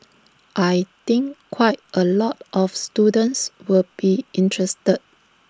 I think quite A lot of students will be interested